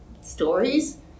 stories